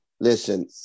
listen